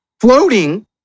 floating